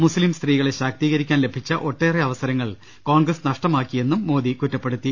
മുസ്ലിം സ്ത്രീകളെ ശാക്തീകരിക്കാൻ ലഭിച്ച ഒട്ടേറെ അവസരങ്ങൾ കോൺഗ്രസ് നഷ്ടമാക്കിയെന്നും മോദി കുറ്റ പ്പെടുത്തി